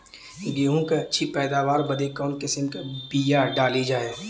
गेहूँ क अच्छी पैदावार बदे कवन किसीम क बिया डाली जाये?